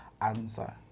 answer